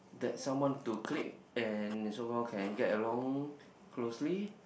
that someone to click and they so call can get along closely